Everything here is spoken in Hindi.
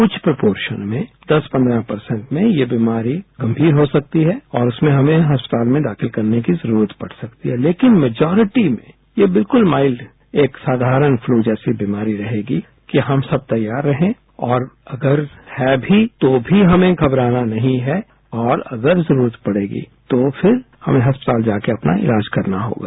कुछ प्रपोशन में दस पंद्रह परसेन्ट में ये बीमारी गंभीर हो सकती है और उसमें हमें अस्पताल में दाखिल करने की जरूरत पड़ सकती है लेकिन मेजोरिटी में ये बिल्कुल माइल्ड एक साधारण फलू जैसी बीमारी रहेगी कि हम सब तैयार रहें और अगर है भी तो भी हमें घबराना नहीं है और अगर जरूरत पड़ेगी तो अस्पताल जाकर अपना इलाज करना होगा